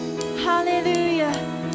hallelujah